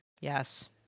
Yes